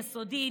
יסודי,